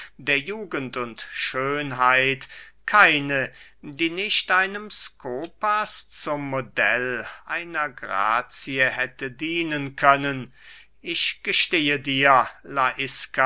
der jugend und schönheit keine die nicht einem skopas zum modell einer grazie hätte dienen können ich gestehe dir